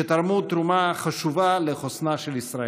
שתרמו תרומה חשובה לחוסנה של ישראל.